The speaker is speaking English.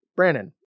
Brandon